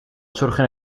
surgen